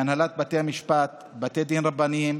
מהנהלת בתי המשפט ומבתי הדין הרבניים